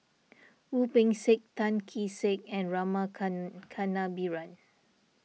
Wu Peng Seng Tan Kee Sek and Rama Kannabiran